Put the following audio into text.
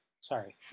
Sorry